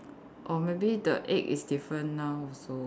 or maybe the egg is different now also